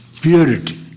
Purity